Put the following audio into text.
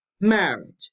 Marriage